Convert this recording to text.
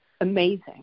amazing